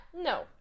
No